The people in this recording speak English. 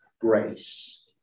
grace